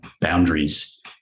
boundaries